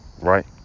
right